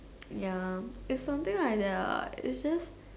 ya it's something like that lah it's just